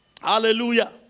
Hallelujah